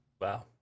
Wow